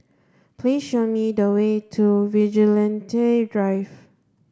please show me the way to Vigilante Drive